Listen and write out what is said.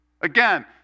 Again